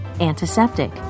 antiseptic